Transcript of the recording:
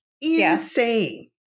Insane